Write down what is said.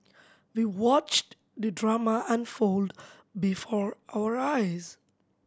we watched the drama unfold before our eyes